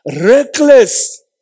reckless